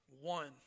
one